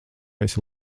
esi